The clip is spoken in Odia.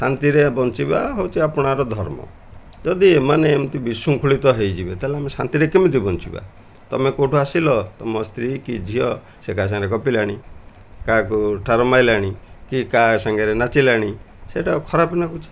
ଶାନ୍ତିରେ ବଞ୍ଚିବା ହେଉଛି ଆପଣାର ଧର୍ମ ଯଦି ଏମାନେ ଏମିତି ବିଶୃଙ୍ଖଳିତ ହେଇଯିବେ ତା'ହେଲେ ଆମେ ଶାନ୍ତିରେ କେମିତି ବଞ୍ଚିବା ତୁମେ କେଉଁଠୁ ଆସିଲ ତୁମ ସ୍ତ୍ରୀ କି ଝିଅ ସେ କାହା ସାଙ୍ଗରେ ଗପିଲାଣି କାହାକୁ ଠାର ମାରିଲାଣି କି କାହା ସାଙ୍ଗରେ ନାଚିଲାଣି ସେଇଟା ଖରାପ ଲାଗୁଛି